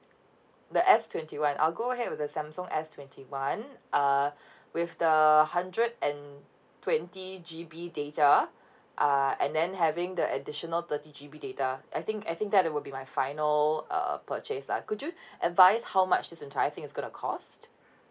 the S twenty one I'll go ahead with the Samsung S twenty one uh with the hundred and twenty G_B data uh and then having the additional thirty G_B data I think I think that it will be my final err purchase lah could you advise how much is the entire things is gonna cost